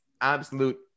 absolute